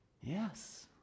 Yes